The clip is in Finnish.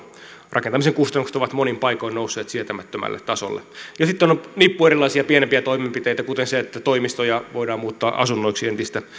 rakentamisen kustannukset ovat monin paikoin nousseet sietämättömälle tasolle ja sitten on on nippu erilaisia pienempiä toimenpiteitä kuten se että toimistoja voidaan muuttaa asunnoiksi entistä